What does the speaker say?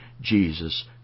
Jesus